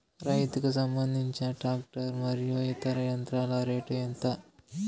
రైతుకు సంబంధించిన టాక్టర్ మరియు ఇతర యంత్రాల రేటు ఎంత?